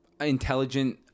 intelligent